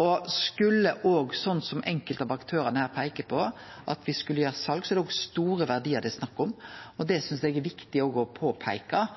og skulle me, slik enkelte av aktørane her peiker på, selje, er det òg store verdiar det er snakk om. Det synest eg er viktig å